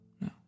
No